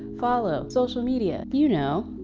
follow, social media, you know,